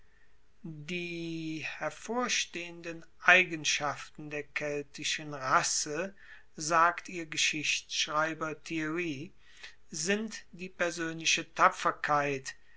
die hervorstehenden eigenschaften der keltischen rasse sagt ihr geschichtschreiber thierry sind die persoenliche tapferkeit